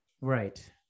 Right